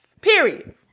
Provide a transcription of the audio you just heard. Period